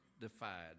defied